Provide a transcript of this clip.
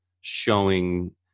showing